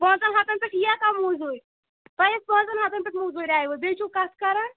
پانٛژَن ہَتَن پٮ۪ٹھ یِیا کانٛہہ موٚزوٗرۍ تۄہہِ ہے أسۍ پانٛژَن ہَتَن پٮ۪ٹھ موٚزوٗرۍ آیِوٕ بیٚیہِ چھُو کَتھٕ کَران